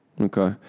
Okay